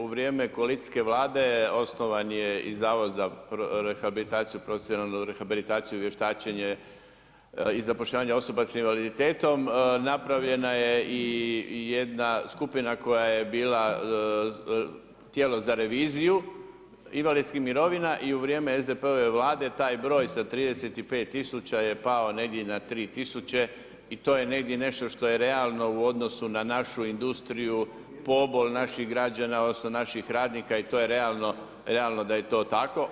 U vrijeme koalicijske Vlade osnovan je i Zavod za profesionalnu rehabilitaciju, vještačenje i zapošljavanje osoba s invaliditetom, napravljena je i jedna skupina koja je bila tijelo za reviziju invalidskih mirovina i u vrijeme SDP-ove Vlade, taj broj sa 35000 je pao negdje na 3000, i to je negdje nešto što je realno u odnosu na našu industriju, pobol naših građana odnosno naših radnika, i to je realno da je to tako.